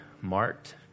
marked